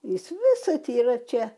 jis visad yra čia